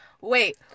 Wait